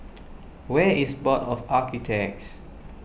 where is Board of Architects